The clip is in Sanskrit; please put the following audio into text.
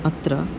अत्र